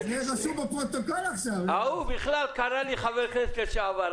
הוא בכלל קרא לי "חבר הכנסת לשעבר".